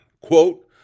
Quote